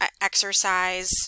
exercise